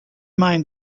mind